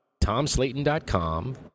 TomSlayton.com